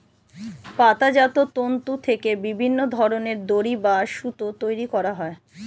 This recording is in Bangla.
পাতাজাত তন্তু থেকে বিভিন্ন ধরনের দড়ি বা সুতো তৈরি করা হয়